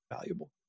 valuable